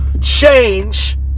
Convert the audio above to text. change